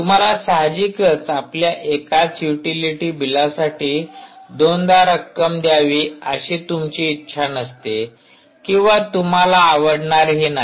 तुम्हाला साहजिकच आपल्या एकाच युटिलिटी बिलासाठी दोनदा रक्कम द्यावी अशी तुमची इच्छा नसते किंवा तुम्हाला आवडणारही नाही